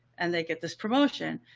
and they get this promotion,